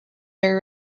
their